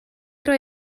roi